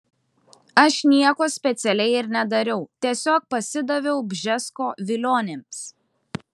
aš nieko specialiai ir nedariau tiesiog pasidaviau bžesko vilionėms